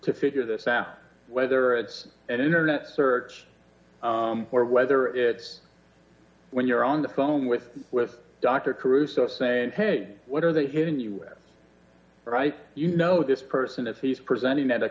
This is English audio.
to figure this out whether it's an internet search or whether it's when you're on the phone with with dr caruso saying hey what are they hitting you right you know this person is he's presenting at a